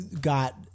got